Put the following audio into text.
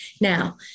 Now